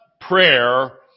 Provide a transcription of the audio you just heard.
prayer